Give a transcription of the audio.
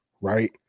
right